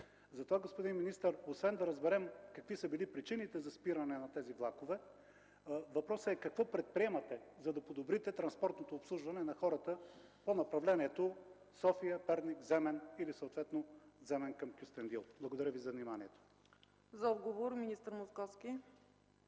Затова, господин министър, освен да разберем какви са били причините за спиране на тези влакове, въпросът е какво предприемате, за да подобрите транспортното обслужване на хората по направлението София-Перник-Земен или съответно от Земен към Кюстендил. Благодаря Ви за вниманието. ПРЕДСЕДАТЕЛ ЦЕЦКА